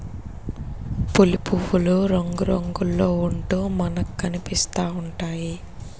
పులి పువ్వులు రంగురంగుల్లో ఉంటూ మనకనిపిస్తా ఉంటాయి